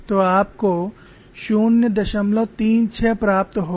तो आपको 036 प्राप्त होगा